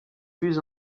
plus